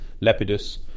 Lepidus